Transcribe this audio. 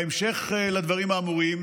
בהמשך לדברים האמורים,